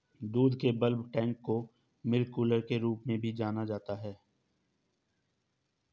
दूध के bulk tank को मिल्क कूलर के रूप में भी जाना जाता है